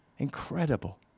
Incredible